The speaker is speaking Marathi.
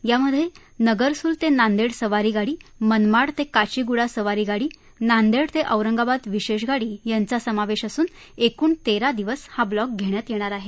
यामधे नगरसूल ते नांदेड सवारी गाडी मनमाड ते काचीगुडा सवारी गाडी नांदेड ते औरंगाबाद विशेष गाडी यांचा समावेश असून एकूण तेरा दिवस हा ब्लॉक घेण्यात येणार आहे